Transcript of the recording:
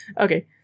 Okay